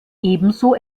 ebenso